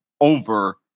over